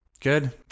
Good